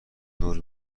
نور